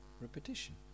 repetition